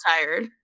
tired